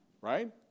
Right